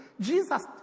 Jesus